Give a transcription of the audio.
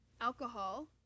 Alcohol